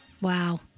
Wow